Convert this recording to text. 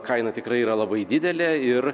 kaina tikrai yra labai didelė ir